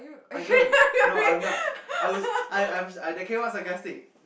I don't no I'm not I was I'm I'm that came out sarcastic